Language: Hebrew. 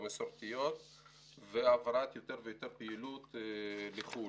המסורתיות והעברת יותר ויותר פעילות לחו"ל.